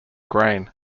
grain